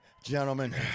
Gentlemen